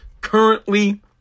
currently